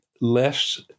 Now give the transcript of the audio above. less